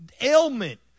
ailment